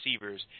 receivers